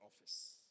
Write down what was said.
office